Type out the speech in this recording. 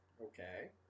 okay